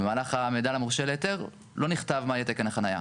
ובמהלך המידע למורשה להיתר לא נכתב מה יהיה תקן החניה.